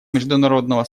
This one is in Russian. международного